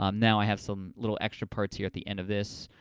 um now, i have some little extra parts here at the end of this,